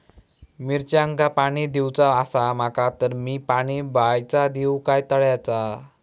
मिरचांका पाणी दिवचा आसा माका तर मी पाणी बायचा दिव काय तळ्याचा?